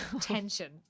tension